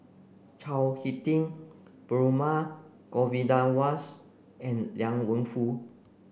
Chao Hick Tin Perumal Govindaswas and Liang Wenfu